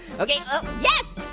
okay yes,